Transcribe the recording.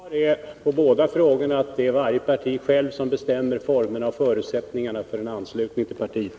Herr talman! Mitt svar på båda frågorna är: Det är varje parti självt som bestämmer formerna och förutsättningarna för en anslutning till partiet.